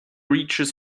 reaches